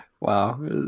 Wow